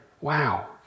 Wow